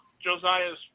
Josiah's